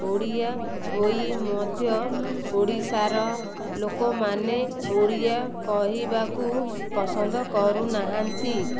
ଓଡ଼ିଆ ହୋଇ ମଧ୍ୟ ଓଡ଼ିଶାର ଲୋକମାନେ ଓଡ଼ିଆ କହିବାକୁ ପସନ୍ଦ କରୁନାହାନ୍ତି